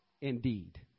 indeed